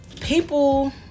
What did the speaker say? people